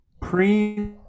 pre